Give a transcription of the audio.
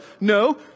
no